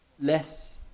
less